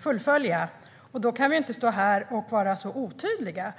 fullfölja, och då kan vi inte stå här och vara så otydliga.